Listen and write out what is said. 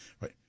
right